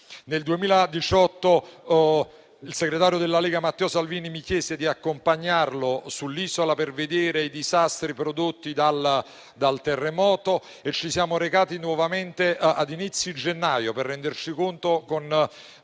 Nel 2018 il segretario della Lega Matteo Salvini mi chiese di accompagnarlo sull'isola per vedere i disastri prodotti dal terremoto. E ci siamo recati nuovamente a inizio gennaio per renderci conto in